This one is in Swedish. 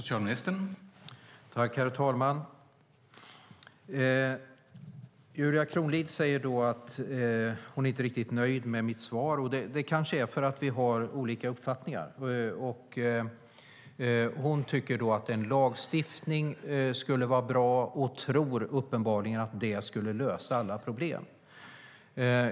Herr talman! Julia Kronlid säger att hon inte är riktigt nöjd med mitt svar. Det kanske är för att vi har olika uppfattningar. Hon tycker att en lagstiftning skulle vara bra och tror uppenbarligen att den skulle lösa alla problem.